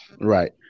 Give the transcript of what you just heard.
Right